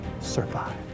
survive